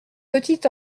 petit